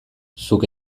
zuk